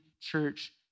church